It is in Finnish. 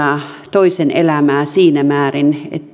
toisen elämää siinä määrin